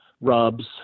rubs